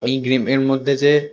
এই গেমের মধ্যে যে